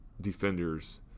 defenders